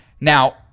Now